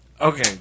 Okay